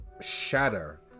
shatter